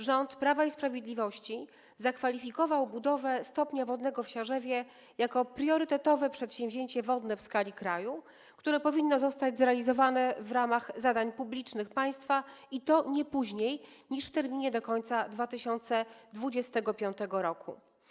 Rząd Prawa i Sprawiedliwości zakwalifikował budowę stopnia wodnego w Siarzewie jako priorytetowe przedsięwzięcie wodne w skali kraju, które powinno zostać zrealizowane w ramach zadań publicznych państwa, i to nie później niż w terminie do końca 2025 r.